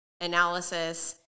analysis